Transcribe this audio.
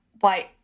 white